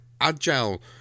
agile